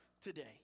today